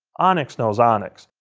onyx knows onyx,